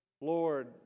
Lord